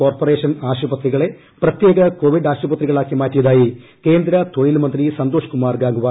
corporation ആശുപത്രികളെ പ്രത്യേക Covid ആശുപത്രികളാക്കി മാറ്റിയതായി കേന്ദ്ര തൊഴിൽ മന്ത്രി സന്തോഷ് കുമാർ ഗാംഗ്വർ